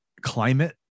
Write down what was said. climate